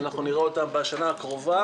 ואנחנו נראה אותם בשנה הקרובה,